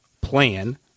plan